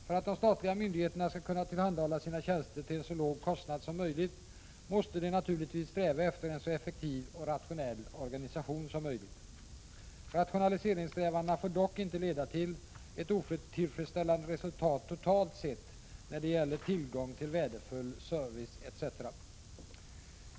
För att de statliga myndigheterna skall kunna tillhandahålla sina tjänster till en så låg kostnad som möjligt, måste de naturligtvis sträva efter en så effektiv och rationell organisation som möjligt. Rationaliseringssträvandena får dock inte leda till ett otillfredsställande resultat totalt sett när det gäller tillgång till värdefull service etc.